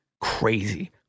crazy